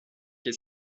que